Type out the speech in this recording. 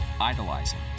idolizing